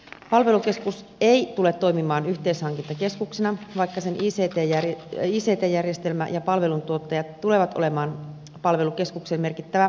palvelukeskus ei tule toimimaan yhteishankintakeskuksena vaikka sen ict järjestelmä ja palveluntuottajat tulevat olemaan palvelukeskuksen merkittävä alihankkija